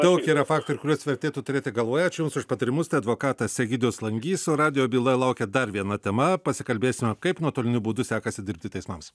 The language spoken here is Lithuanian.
daug yra faktorių kuriuos vertėtų turėti galvoje ačiū jums už patarimus tai advokatas egidijus langys o radijo byloj laukia dar viena tema pasikalbėsime kaip nuotoliniu būdu sekasi dirbti teismams